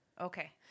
Okay